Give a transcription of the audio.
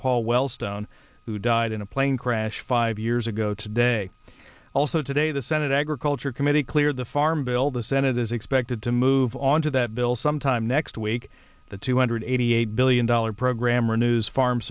paul wellstone who died in a plane crash five years ago today also today the senate agriculture committee cleared the farm bill the senate is expected to move on to that bill sometime next week the two hundred eighty eight billion dollars program renews farm